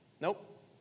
Nope